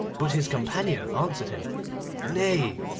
but his companion answered him nay,